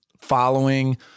following